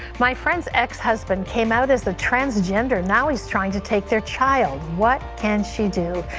my friend's ex husband came out as a transgender, now he's trying to take their child. what can she do?